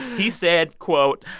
he said, quote,